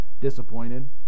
disappointed